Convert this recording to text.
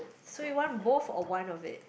so you want both or one of it